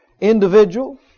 individual